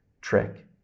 trick